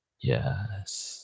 Yes